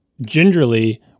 gingerly